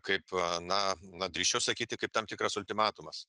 kaip na na drįsčiau sakyti kaip tam tikras ultimatumas